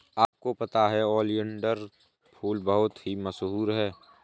आपको पता है ओलियंडर फूल बहुत ही मशहूर है